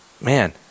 man